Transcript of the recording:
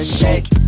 shake